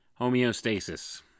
Homeostasis